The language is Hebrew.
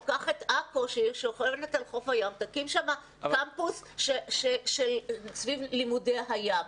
תיקח את עכו ששוכנת על חוף הים ותקים שם קמפוס סביב לימודי הים.